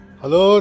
hello